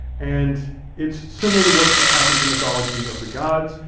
and it's similar to what happens in mythology of the gods.